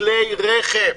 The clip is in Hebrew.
בכלי רכב.